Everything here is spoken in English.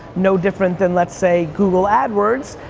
no different than, let's say, google adwords,